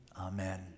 Amen